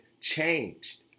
changed